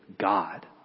God